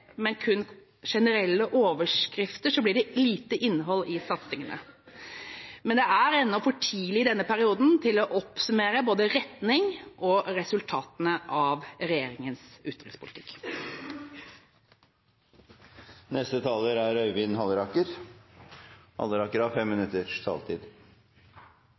men kun generelle overskrifter, blir det lite innhold i satsingene. Men det er ennå for tidlig i denne perioden å oppsummere både retninga og resultatene av